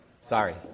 Sorry